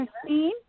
Christine